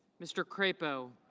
mr. crapo.